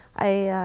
i